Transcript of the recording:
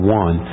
one